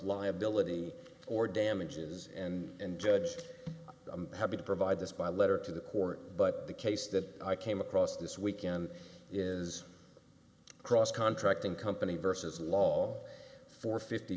liability or damages and judge i'm happy to provide this by letter to the court but the case that i came across this weekend is cross contracting company verses law for fifty